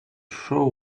show